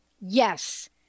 Yes